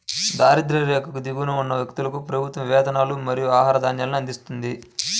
దారిద్య్ర రేఖకు దిగువన ఉన్న వ్యక్తులకు ప్రభుత్వం వేతనాలు మరియు ఆహార ధాన్యాలను అందిస్తుంది